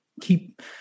keep